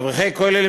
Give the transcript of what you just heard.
אברכי כוללים,